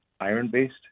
iron-based